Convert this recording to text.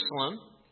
Jerusalem